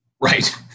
Right